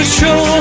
show